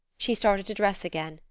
she started to dress again,